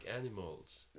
animals